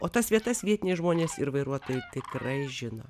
o tas vietas vietiniai žmonės ir vairuotojai tikrai žino